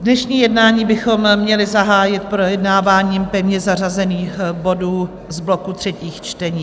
Dnešní jednání bychom měli zahájit projednáváním pevně zařazených bodů z bloku třetích čtení.